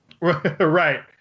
Right